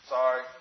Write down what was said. Sorry